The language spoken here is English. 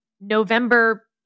November